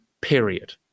period